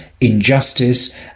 injustice